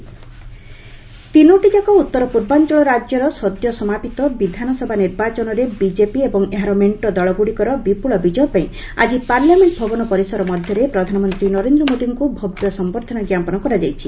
BJP PM welcome ତିନିଟିଯାକ ଉତ୍ତର ପୂର୍ବାଞ୍ଚଳ ରାଜ୍ୟର ସଦ୍ୟ ସମାପିତ ବିଧାନସଭା ନିର୍ବାଚନରେ ବିକେପି ଏବଂ ଏହାର ମେଣ୍ଟ ଦଳଗୁଡ଼ିକର ବିପୁଳ ବିଜୟପାଇଁ ଆଜି ପାର୍ଲାମେଣ୍ଟ ଭବନ ପରିସର ମଧ୍ୟରେ ପ୍ରଧାନମନ୍ତ୍ରୀ ନରେନ୍ଦ୍ର ମୋଦିଙ୍କୁ ଭବ୍ୟ ସମ୍ଭର୍ଦ୍ଧନା ଜ୍ଞାପନ କରାଯାଇଛି